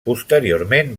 posteriorment